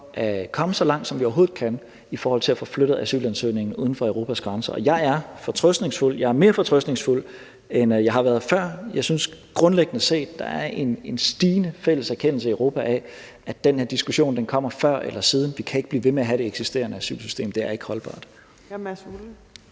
at komme så langt, som vi overhovedet kan i forhold til at få flyttet asylansøgningen uden for Europas grænser. Og jeg er fortrøstningsfuld. Jeg er mere fortrøstningsfuld, end jeg har været før. Jeg synes grundlæggende set, der er en stigende fælles erkendelse i Europa af, at den her diskussion kommer før eller siden. Vi kan ikke blive ved med at have det eksisterende asylsystem – det er ikke holdbart.